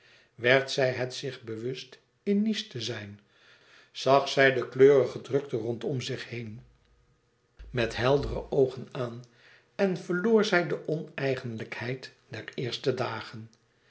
werd zij het zich bewust in nice te zijn zag zij de kleurige drukte rondom zich heen met helderder oogen aan en verloor zij de oneigenlijkheid der eerste dagen